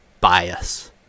bias